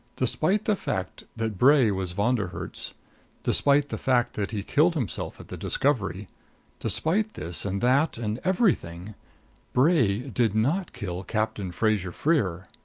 despite the fact that bray was von der herts despite the fact that he killed himself at the discovery despite this and that, and everything bray did not kill captain fraser-freer!